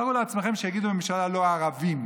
תארו לעצמכם שיגידו: ממשלה ללא ערבים,